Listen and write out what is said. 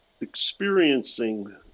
experiencing